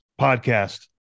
podcast